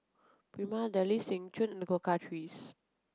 Prima Deli Seng Choon and the Cocoa Trees